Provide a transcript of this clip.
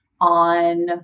on